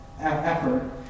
effort